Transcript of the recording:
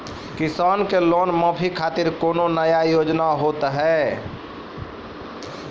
किसान के लोन माफी खातिर कोनो नया योजना होत हाव?